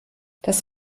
das